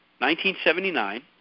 1979